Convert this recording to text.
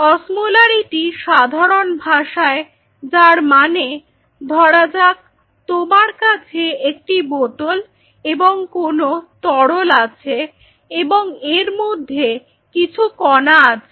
osmolarity সাধারণ ভাষায় যার মানে ধরা যাক আমার কাছে একটি বোতল এবং কোন তরল আছে এবং এর মধ্যে কিছু কণা রয়েছে